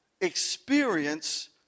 experience